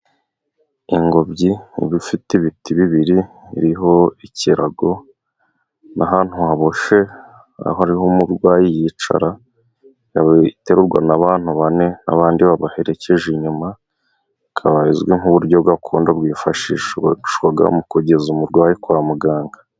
Ingobyi iba ifite ibiti bibiri iriho ikirago n'ahantu haboshye aho ariho umurwayi yicara, iterurwa na bantu bane n'abandi babaherekeje inyuma, ikaba izwi nk'uburyo gakondo bwifashisha shishwa mu kugeza umurwayi kwa muganga.